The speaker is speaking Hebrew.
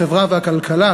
החברה והכלכלה,